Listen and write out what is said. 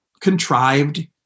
contrived